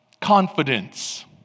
confidence